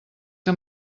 que